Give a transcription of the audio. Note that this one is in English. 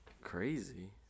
Crazy